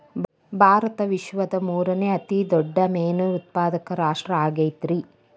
ಭಾರತ ವಿಶ್ವದ ಮೂರನೇ ಅತಿ ದೊಡ್ಡ ಮೇನು ಉತ್ಪಾದಕ ರಾಷ್ಟ್ರ ಆಗೈತ್ರಿ